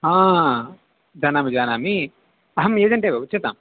हा जानामि जानामि अहम् एजेन्टेव उच्यताम्